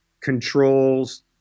controls